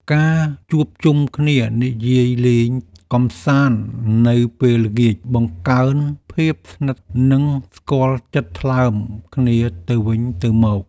ការជួបជុំគ្នានិយាយលេងកម្សាន្តនៅពេលល្ងាចបង្កើនភាពជិតស្និទ្ធ និងស្គាល់ចិត្តថ្លើមគ្នាទៅវិញទៅមក។